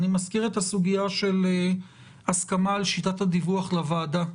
אני מזכיר את הסוגיה של הסכמה על שיטת הדיווח לוועדה.